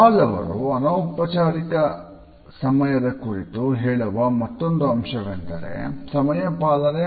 ಹಾಲ್ ಅವರು ಅನೌಪಚಾರಿಕ ಸಮಯದ ಕುರಿತು ಹೇಳುವ ಮತ್ತೊಂದು ಅಂಶವೆಂದರೆ ಸಮಯಪಾಲನೆ